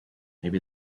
maybe